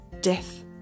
death